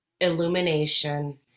illumination